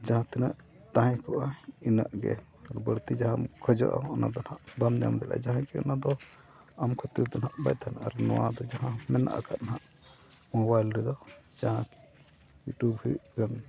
ᱡᱟᱦᱟᱸ ᱛᱤᱱᱟᱹᱜ ᱛᱟᱦᱮᱸ ᱠᱚᱜᱼᱟ ᱤᱱᱟᱹᱜ ᱜᱮ ᱵᱟᱹᱲᱛᱤ ᱡᱟᱦᱟᱸᱢ ᱠᱷᱚᱡᱚᱜᱼᱟ ᱚᱱᱟ ᱫᱚ ᱱᱟᱜ ᱵᱟᱢ ᱧᱟᱢ ᱫᱟᱲᱮᱭᱟᱜᱼᱟ ᱡᱟᱦᱟᱸᱭᱜᱮ ᱚᱱᱟ ᱫᱚ ᱟᱢ ᱠᱷᱟᱹᱛᱤᱨ ᱫᱚ ᱱᱟᱜ ᱵᱟᱭ ᱛᱟᱦᱮᱱᱟ ᱟᱨ ᱱᱚᱣᱟ ᱫᱚ ᱡᱟᱦᱟᱸ ᱢᱮᱱᱟᱜ ᱟᱠᱟᱫᱟ ᱱᱟᱜ ᱢᱳᱵᱟᱭᱤᱞ ᱨᱮᱫᱚ ᱡᱟᱦᱟᱸ ᱤᱭᱩᱴᱩᱭᱩᱵᱽ ᱦᱩᱭᱩᱜ ᱠᱟᱱ